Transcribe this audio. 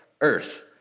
Earth